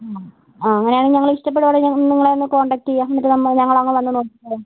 ആ അങ്ങനെയാണെങ്കിൽ ഞങ്ങൾ ഇഷ്ടപ്പെടുവാണെങ്കിൽ ഞങ്ങൾ നിങ്ങളെയൊന്നു കോൺടാക്റ്റ് ചെയ്യാം എന്നിട്ട് നമ്മൾ ഞങ്ങളൊന്ന് വന്ന് നോക്കാം